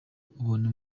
ubona